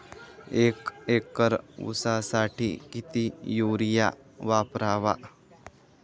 एक एकर ऊसासाठी किती युरिया वापरावा?